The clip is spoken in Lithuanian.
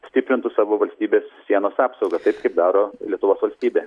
stiprintų savo valstybės sienos apsaugą tai daro lietuvos valstybė